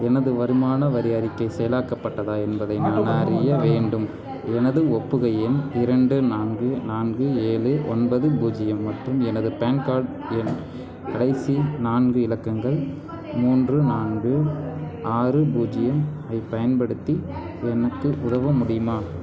எனது வருமான வரி அறிக்கை செயலாக்கப்பட்டதா என்பதை நான் அறிய வேண்டும் எனது ஒப்புகை எண் இரண்டு நான்கு நான்கு ஏழு ஒன்பது பூஜ்ஜியம் மற்றும் எனது பான் கார்ட் எண் கடைசி நான்கு இலக்கங்கள் மூன்று நான்கு ஆறு பூஜ்ஜியம் ஐப் பயன்படுத்தி எனக்கு உதவ முடியுமா